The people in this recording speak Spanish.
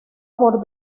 por